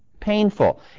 painful